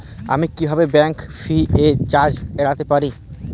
আমি কিভাবে bank fee এবং চার্জ এড়াতে পারি?